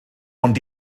ond